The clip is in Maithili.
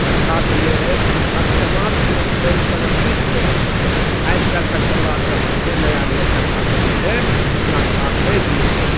अच्छासँ जियैत रहय आओर समाजके प्रति बड़ी समर्पित हुयै रहै बोलय छै आज काल्हिके छोड़वासभ छै नया नया लड़कासभ जे छै उतना खास नहि जियैत छै